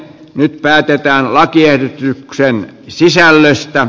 nyt päätetään lakiehdotuksen sisällöstä